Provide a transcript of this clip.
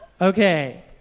Okay